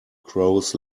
crows